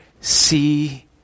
see